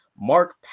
Mark